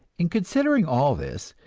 in considering all this,